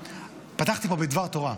פתחתי פה בדבר תורה,